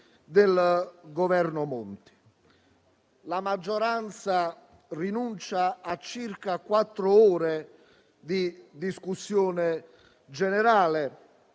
del Governo Monti. La maggioranza rinuncia a circa quattr'ore di discussione generale.